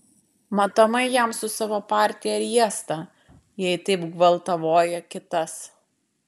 matomai jam su savo partija riesta jei taip gvaltavoja kitas